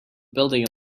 building